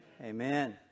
Amen